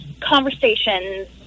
conversations